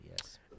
yes